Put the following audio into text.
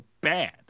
bad